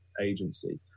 agency